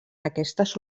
aquestes